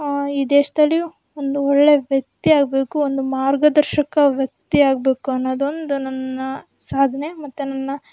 ಈ ದೇಶದಲ್ಲಿ ಒಂದು ಒಳ್ಳೆಯ ವ್ಯಕ್ತಿಯಾಗಬೇಕು ಒಂದು ಮಾರ್ಗದರ್ಶಕ ವ್ಯಕ್ತಿಯಾಗಬೇಕು ಅನ್ನೋದೊಂದು ನನ್ನ ಸಾಧನೆ ಮತ್ತು ನನ್ನ